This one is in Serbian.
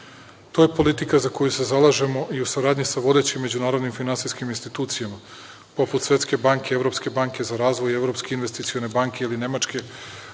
To je politika za koju se zalažemo i u saradnji sa vodećim međunarodnim finansijskim institucijama, poput Svetske banke i Evropske banke za razvoj i Evropske investicione banke ili nemačke